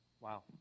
Wow